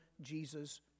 Jesus